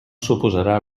suposarà